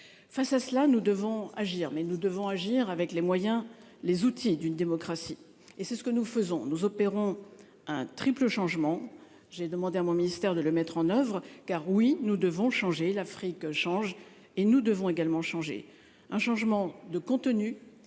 Face à cela, nous devons agir mais nous devons agir avec les moyens les outils d'une démocratie et c'est ce que nous faisons nous opérons un triple changement j'ai demandé à mon ministère de le mettre en oeuvre car oui nous devons changer l'Afrique change et nous devons également changer un changement de contenu.